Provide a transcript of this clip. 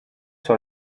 sur